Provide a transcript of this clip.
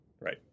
Right